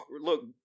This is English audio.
look